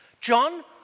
John